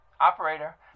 Operator